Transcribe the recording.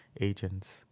agents